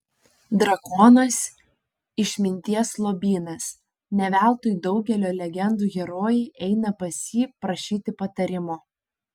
drakonas išminties lobynas ne veltui daugelio legendų herojai eina pas jį prašyti patarimo